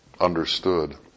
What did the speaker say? understood